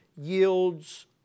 yields